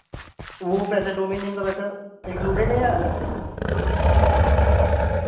وہ پیسہ domain name کا پیسہ انکلوڈ ہے یا الگ سے